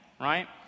right